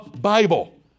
Bible